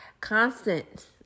constant